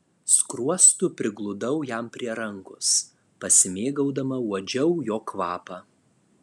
skruostu prigludau jam prie rankos pasimėgaudama uodžiau jo kvapą